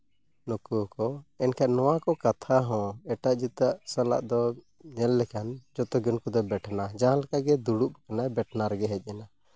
ᱱᱩᱠᱩ ᱠᱚ ᱮᱱᱠᱷᱟᱱ ᱱᱚᱣᱟ ᱠᱚ ᱠᱟᱛᱷᱟ ᱦᱚᱸ ᱮᱴᱟᱜ ᱡᱟᱹᱛᱟᱹᱜ ᱥᱟᱞᱟᱜ ᱫᱚ ᱧᱮᱞ ᱞᱮᱠᱷᱟᱱ ᱡᱚᱛᱚ ᱜᱮ ᱱᱩᱠᱩ ᱫᱚ ᱵᱮᱴᱷᱱᱟ ᱡᱟᱦᱟᱸ ᱞᱮᱠᱟᱜᱮ ᱫᱩᱲᱩᱵ ᱮᱱᱟᱭ ᱵᱮᱴᱱᱟ ᱨᱮᱜᱮ ᱦᱮᱡ ᱮᱱᱟ